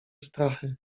stachy